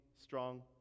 strong